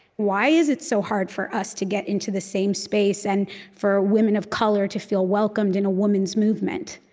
why is it so hard for us to get into the same space and for women of color to feel welcomed in a women's movement?